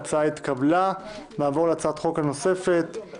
ההצעה להקדמת הדיון בהצעת חוק הארכת תקופות ודחיית מועדים (הוראת שעה